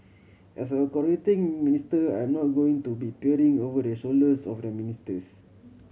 as a coordinating minister I'm not going to be peering over the shoulders of the ministers